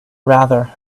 rather